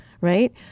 right